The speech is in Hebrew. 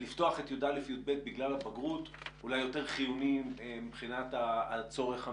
ולפתוח את י"א-י"ב בגלל הבגרות אולי יותר חיוני מבחינת הצורך המיידי.